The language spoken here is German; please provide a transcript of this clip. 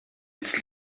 jetzt